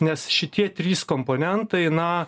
nes šitie trys komponentai na